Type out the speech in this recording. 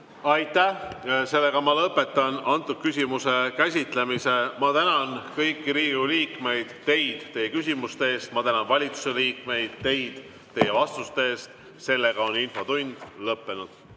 Aitäh! Lõpetan selle küsimuse käsitlemise. Ma tänan kõiki Riigikogu liikmeid teie küsimuste eest. Ma tänan valitsuse liikmeid teie vastuste eest. Sellega on infotund lõppenud.